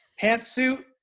pantsuit